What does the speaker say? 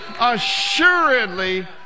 Assuredly